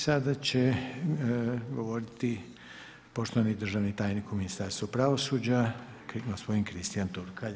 I sada će govoriti poštovani državni tajnik u Ministarstvu pravosuđa gospodin Kristian Turkalj.